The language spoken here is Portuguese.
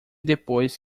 depois